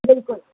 बिल्कुलु